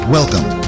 Welcome